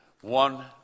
one